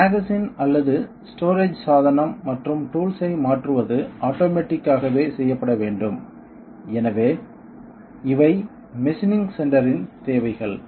ஒரு மாகசின் அல்லது ஒரு ஸ்டோரேஜ் சாதனம் மற்றும் டூல்ஸ் ஐ மாற்றுவது ஆட்டோமேட்டிக்காகவே செய்யப்பட வேண்டும் எனவே இவை மெஷினிங் சென்டரின் தேவைகள்